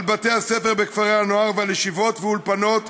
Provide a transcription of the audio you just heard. על בתי הספר בכפרי הנוער ועל ישיבות ואולפנות,